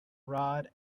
rod